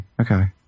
Okay